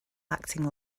acting